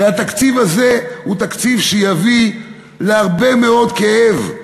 הרי התקציב הזה הוא תקציב שיביא להרבה מאוד כאב,